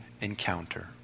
encounter